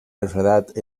refredat